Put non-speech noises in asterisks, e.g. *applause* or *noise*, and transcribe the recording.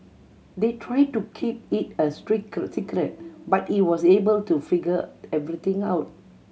they tried to keep it a *unintelligible* but he was able to figure everything out